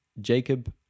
Jacob